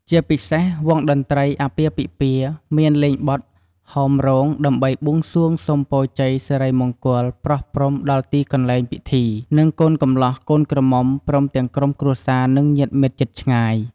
ជាពិសេសវង់តន្ត្រីអាពាហ៍ពិពាហ៍មានលេងបទហោមរោងដើម្បីបួងសួងសូមពរជ័យសិរីមង្គលប្រោះព្រុំដល់ទីកន្លែងពិធី និងកូនកំលោះកូនក្រមំុ ព្រមទាំងក្រុមគ្រួសារនិងញាតិមិត្តជិតឆ្ងាយ។